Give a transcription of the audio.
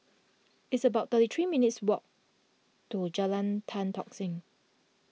it's about thirty three minutes' walk to Jalan Tan Tock Seng